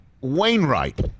Wainwright